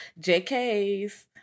JKs